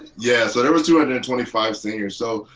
yeah, so there was two hundred and twenty five seniors. so,